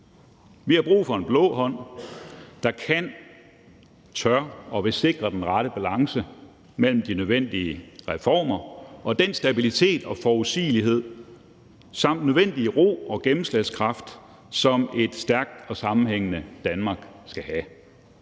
Vi har brug for en blå hånd, der kan, tør og vil sikre den rette balance mellem de nødvendige reformer. Det er den stabilitet, forudsigelighed og nødvendige ro og gennemslagskraft, som et stærkt og sammenhængende Danmark skal have.